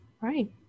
right